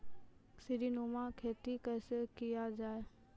सीडीनुमा खेती कैसे किया जाय?